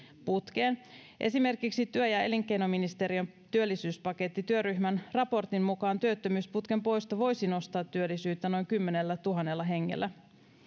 putkeen esimerkiksi työ ja elinkeinoministeriön työllisyyspaketti työryhmän raportin mukaan työttömyysputken poisto voisi nostaa työllisyyttä noin kymmenellätuhannella hengellä